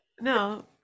No